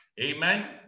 Amen